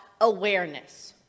awareness